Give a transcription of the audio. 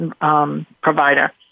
provider